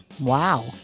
Wow